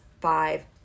five